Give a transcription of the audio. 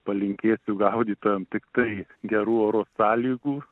palinkėsiu gaudytojam tiktai gerų oro sąlygų